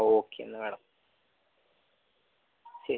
okay എന്നാ madam ശരി